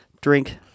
drink